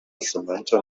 samantha